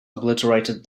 obliterated